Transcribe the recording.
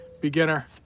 Beginner